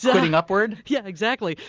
yeah quitting upward? yeah exactly.